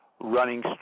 Running